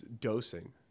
dosing